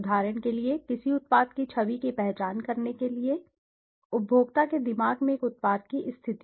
उदाहरण के लिए किसी उत्पाद की छवि की पहचान करने के लिए उपभोक्ता के दिमाग में एक उत्पाद की स्थिति